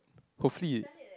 hopefully it